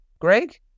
Greg